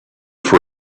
for